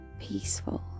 peaceful